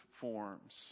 forms